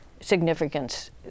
significance